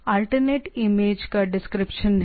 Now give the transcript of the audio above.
alternate image का description है